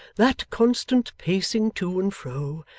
that constant pacing to and fro,